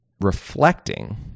Reflecting